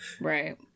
Right